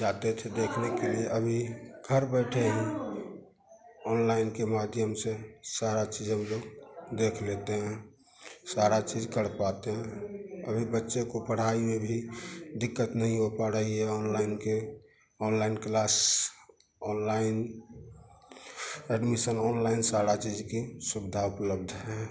जाते थे देखने के लिए अभी घर बैठे ही ऑनलाइन के माध्यम से सारी चीज़ हम लोग देख लेते हैं सारी चीज़ कर पाते हैं अभी बच्चे को पढ़ाई में भी दिक़्क़त नहीं हो पा रही है ऑनलाइन के online class online admission online सारी चीज़ की सुविधा उपलब्ध है